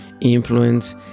influence